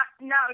no